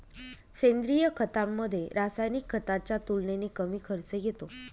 सेंद्रिय खतामध्ये, रासायनिक खताच्या तुलनेने कमी खर्च येतो